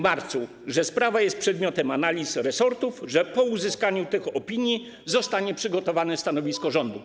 Pisano, że sprawa jest przedmiotem analiz resortów, że po uzyskaniu tych opinii zostanie przygotowane stanowisko rządu.